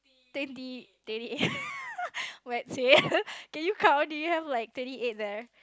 twenty thirty eight !wahseh! can you count do you have like thirty eight there